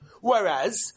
Whereas